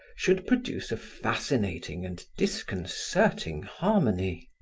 should produce a fascinating and disconcerting harmony.